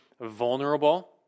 vulnerable